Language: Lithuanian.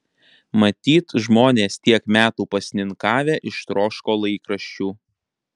matyt žmonės tiek metų pasninkavę ištroško laikraščių